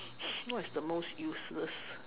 what is the most useless